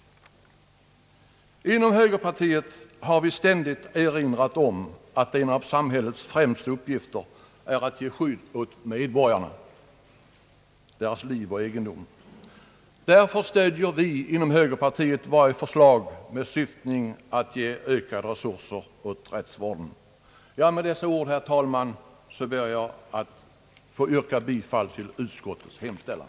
Inom högerpartiet har vi ständigt erinrat om att en av samhällets främsta uppgifter är att skydda medborgarna, deras liv och egendom. Därför stöder vi inom högerpartiet varje förslag med syfte att ge ökade resurser åt rättsvården. Med dessa ord, herr talman, ber jag att få yrka bifall till utskottets hemställan.